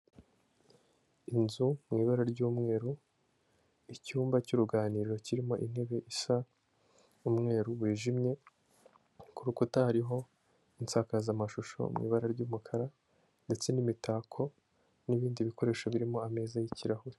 Inzu mu ibara ry'umweru, icyumba cy'uruganiriro kirimo intebe isa n'umweru wijimye, ku rukuta hariho insakazamashusho mu ibara ry'umukara, ndetse n'imitako n'ibindi bikoresho birimo ameza y'ikirahure.